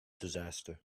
disaster